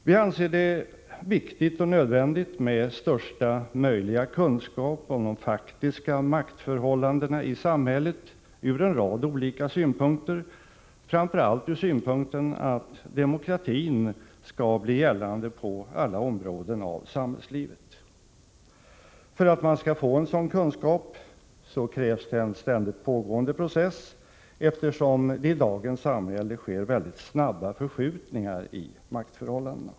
Vi anser det viktigt och nödvändigt med största möjliga kunskap om de faktiska maktförhållandena i samhället. Denna kunskap är nödvändig från en rad olika synpunkter, framför allt från synpunkten att demokratin skall vara gällande på alla områden av samhällslivet. För att man skall få en sådan kunskap krävs en ständigt pågående process, eftersom det i dagens samhälle sker väldigt snabba förskjutningar i maktförhållandena.